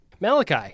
Malachi